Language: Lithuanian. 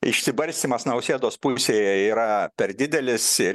išsibarstymas nausėdos pusėje yra per didelis ir